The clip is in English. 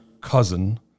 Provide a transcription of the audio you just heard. cousin